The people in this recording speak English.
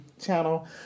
Channel